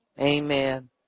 amen